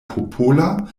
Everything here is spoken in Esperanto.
popola